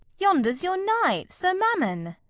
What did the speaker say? yonder's your knight, sir mammon.